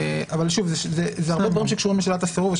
זה הרבה דברים שקשורים לשאלת הסירוב.